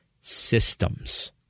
systems